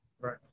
right